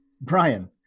Brian